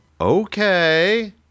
Okay